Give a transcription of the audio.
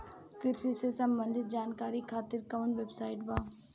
कृषि से संबंधित जानकारी खातिर कवन वेबसाइट बा?